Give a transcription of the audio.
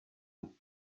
robert